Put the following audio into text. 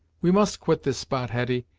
we must quit this spot, hetty,